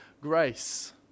grace